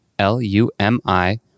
L-U-M-I